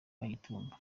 kagitumba